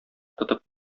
тотып